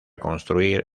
construir